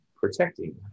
protecting